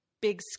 big